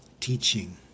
teaching